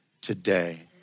today